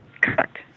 Correct